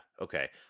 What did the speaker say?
Okay